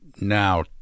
now